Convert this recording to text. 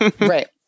Right